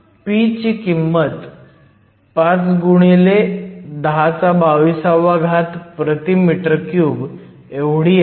p ची किंमत 5 x 1022 m 3 एवढी आहे